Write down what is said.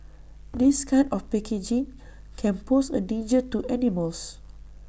this kind of packaging can pose A danger to animals